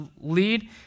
lead